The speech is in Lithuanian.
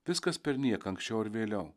viskas perniek anksčiau ar vėliau